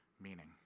meaning